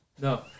No